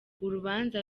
urubanza